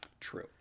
True